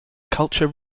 culture